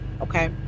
okay